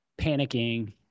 panicking